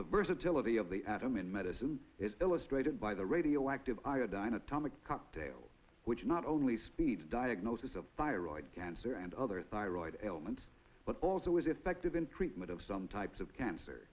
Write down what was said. the versatility of the atom and medicine is illustrated by the radioactive iodine atomic cocktail which not only speeds diagnosis of thyroid cancer and other thyroid elements but also is effective in treatment of some types of cancer